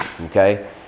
okay